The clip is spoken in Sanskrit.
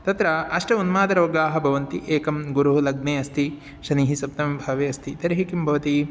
तत्र अष्ट उन्मादरोगाः भवन्ति एकं गुरुः लग्ने अस्ति शनिः सप्तमभावे अस्ति तर्हि किं भवति